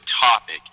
topic